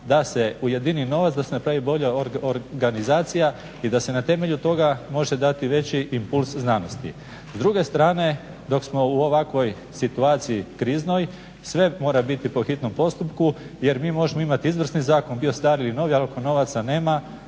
da se ujedini novac, da se napravi bolja organizacija i da se na temelju toga može dati veći impuls znanosti. S druge strane dok smo u ovakvoj situaciji kriznoj sve mora biti po hitnom postupku jer mi možemo imati izvrsni zakon, bio stari ili novi, ali ako novaca nema,